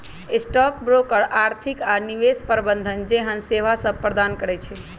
stock broker आर्थिक आऽ निवेश प्रबंधन जेहन सेवासभ प्रदान करई छै